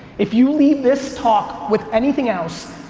if you leave this talk with anything else,